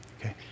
Okay